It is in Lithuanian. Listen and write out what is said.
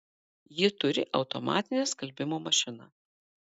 ji turi automatinę skalbimo mašiną